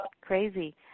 crazy